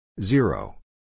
Zero